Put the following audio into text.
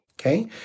okay